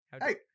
Hey